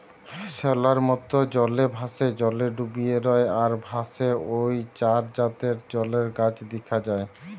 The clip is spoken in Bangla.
শ্যাওলার মত, জলে ভাসে, জলে ডুবি রয় আর ভাসে ঔ চার জাতের জলের গাছ দিখা যায়